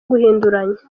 guhinduranya